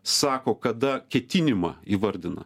sako kada ketinimą įvardina